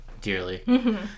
dearly